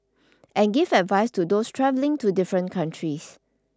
and give advice to those travelling to different countries